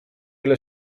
ile